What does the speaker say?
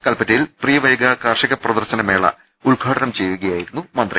കൽപ്പറ്റയിൽ പ്രീവൈഗ കാർഷിക പ്രദർശന മേള ഉദ്ഘാടനം ചെയ്യുകയാ യിരുന്നു മന്ത്രി